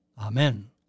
Amen